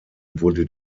wurde